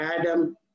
Adam